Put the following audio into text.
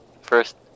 first